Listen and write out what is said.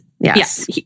yes